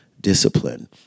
discipline